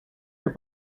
your